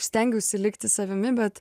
stengiausi likti savimi bet